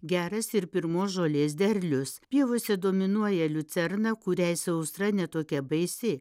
geras ir pirmos žolės derlius pievose dominuoja liucerna kuriai sausra ne tokia baisi